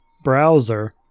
browser